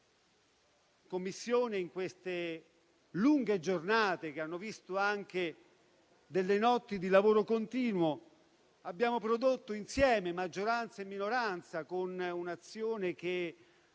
in Commissione. In queste lunghe giornate, che hanno visto anche delle notti di lavoro continuo, abbiamo prodotto insieme, maggioranza e minoranza, con un'azione che